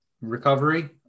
Recovery